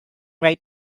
right